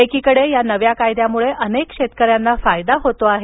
एकीकडे या नव्या कायद्यामुळे अनेक शेतकऱ्यांना फायदा होतो आहे